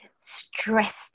stressed